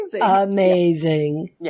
amazing